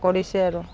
কৰিছে আৰু